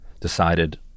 decided